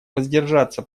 воздержаться